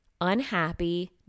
unhappy